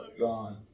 gone